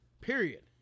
Period